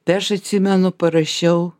tai aš atsimenu parašiau